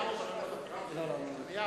ירמיהו.